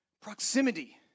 Proximity